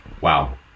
wow